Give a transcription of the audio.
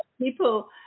people